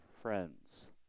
friends